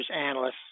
analysts